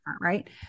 right